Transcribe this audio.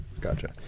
gotcha